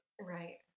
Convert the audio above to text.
Right